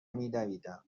میدویدم